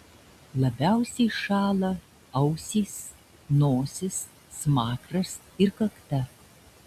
labiausiai šąla ausys nosis smakras ir kakta